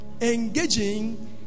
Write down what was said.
Engaging